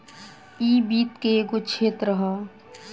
इ वित्त के एगो क्षेत्र ह